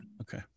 Okay